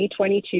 2022